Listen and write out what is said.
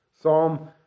Psalm